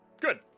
good